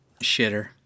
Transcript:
shitter